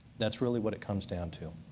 that's really what it comes down to.